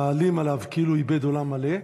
מעלים עליו כאילו איבד עולם מלא,